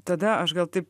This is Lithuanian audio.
tada aš gal taip